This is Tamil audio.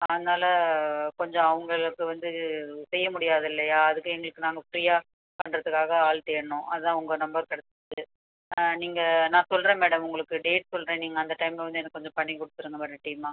அதனால கொஞ்சம் அவங்களுக்கு வந்து செய்ய முடியாது இல்லையா அதுக்கு எங்களுக்கு நாங்கள் ஃப்ரீயாக பண்ணுறதுக்காக ஆள் தேடினோம் அதான் உங்கள் நம்பர் கிடைச்சுது நீங்கள் நான் சொல்லுறேன் மேடம் உங்களுக்கு டேட் சொல்லுறேன் நீங்கள் அந்த டைம்மில வந்து எனக்கு கொஞ்சம் பண்ணி கொடுத்துருங்க மேடம் டீமாக